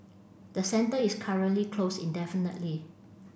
the centre is currently closed indefinitely